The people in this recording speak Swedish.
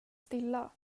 stilla